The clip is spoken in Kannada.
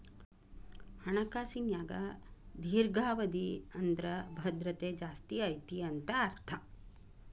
ಹಣಕಾಸಿನ್ಯಾಗ ದೇರ್ಘಾವಧಿ ಅಂದ್ರ ಭದ್ರತೆ ಜಾಸ್ತಿ ಐತಿ ಅಂತ ಅರ್ಥ